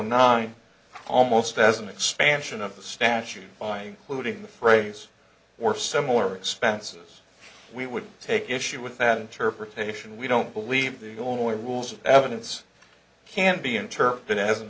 nine almost as an expansion of the statute by polluting the phrase were similar expenses we would take issue with that interpretation we don't believe the only rules of evidence can be interpreted as an